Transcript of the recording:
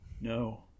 No